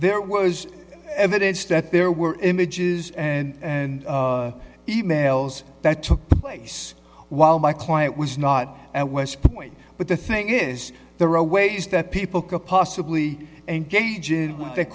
there was evidence that there were images and and e mails that took place while my client was not at west point but the thing is there are ways that people could possibly engage in what